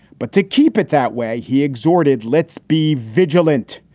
but to keep it that way, he exhorted, let's be vigilant.